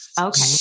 Okay